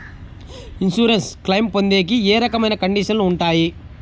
Insurance claim పొందేకి ఏ రకమైన కండిషన్లు ఉంటాయి?